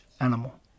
animal